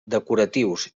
decoratius